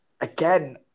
Again